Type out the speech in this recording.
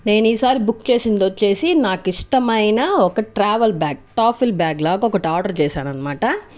నేను ఈ సారి బుక్ చేసింది వచ్చేసి నాకు ఇష్టమైన ఒక ట్రావల్ బ్యాగ్ డఫెల్ బ్యాగ్ లాగా ఒకటి ఆర్డర్ చేశాను అన్నమాట